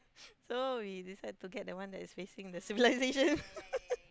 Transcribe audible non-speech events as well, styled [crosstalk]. so we decide to get the one that is facing the civilisation [laughs]